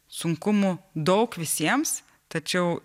sunkumų daug visiems tačiau